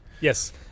Yes